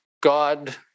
God